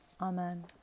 Amen